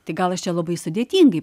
tai gal aš čia labai sudėtingai